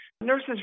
Nurses